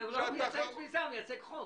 הוא לא מייצג תפיסה, הוא מייצג חוק.